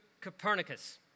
Copernicus